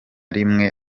rimwe